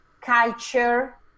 culture